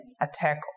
attack